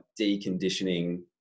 deconditioning